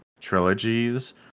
trilogies